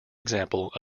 example